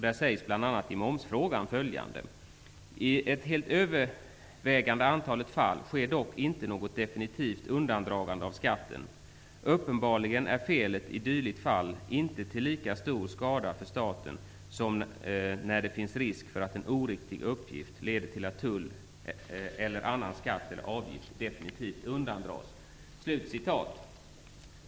Där sägs bl.a. angående momsfrågan följande: ''I ett helt övervägande antalet fall sker dock inte något definitivt undandragande av skatten. Uppenbarligen är felet i dylikt fall inte till lika stor skada för staten som när det finns risk för att en oriktig uppgift leder till att tull eller annan skatt eller avgift definitivt undandras''.